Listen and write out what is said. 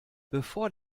bevor